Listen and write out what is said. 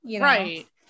right